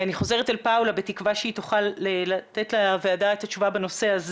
אני חוזרת לפאולה בתקווה שהיא תוכל לתת לוועדה את התשובה בנושא.